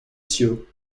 ciot